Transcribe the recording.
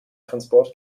transport